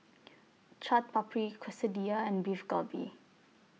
Chaat Papri Quesadillas and Beef Galbi